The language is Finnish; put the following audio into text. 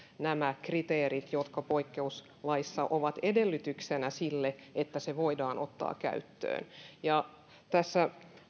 nämä kriteerit jotka poikkeuslaissa ovat edellytyksenä sille että se voidaan ottaa käyttöön tässä